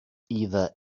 either